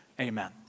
amen